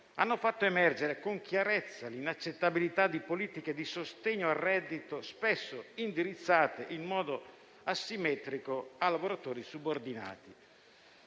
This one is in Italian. ha fatto emergere con chiarezza l'inaccettabilità di politiche di sostegno al reddito spesso indirizzate in modo asimmetrico a lavoratori subordinati.